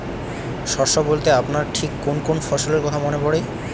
শস্য বলতে আপনার ঠিক কোন কোন ফসলের কথা মনে পড়ে?